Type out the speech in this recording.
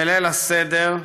בליל הסדר,